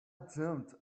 dreamt